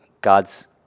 God's